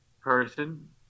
person